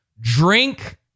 Drink